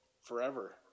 forever